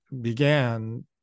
began